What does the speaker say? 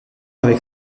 avec